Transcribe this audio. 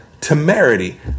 temerity